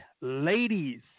ladies